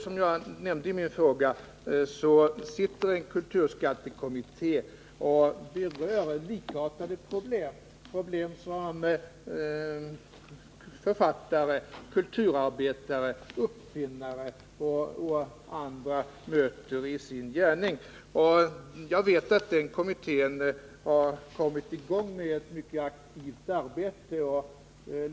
Som jag nämnde i mitt svar arbetar en kulturskattekommitté med likartade problem, som författare, kulturarbetare, uppfinnare och andra möter i sin gärning. Jag vet att denna kommitté har kommit i gång med ett mycket aktivt arbete.